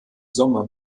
sommer